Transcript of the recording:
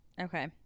Okay